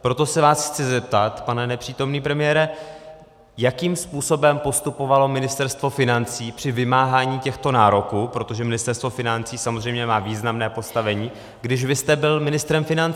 Proto se vás chci zeptat, pane nepřítomný premiére, jakým způsobem postupovalo Ministerstvo financí při vymáhání těchto nároků protože Ministerstvo financí samozřejmě má významné postavení , když vy jste byl ministrem financí.